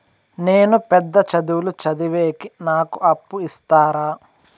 నేను పెద్ద చదువులు చదివేకి నాకు అప్పు ఇస్తారా